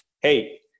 hey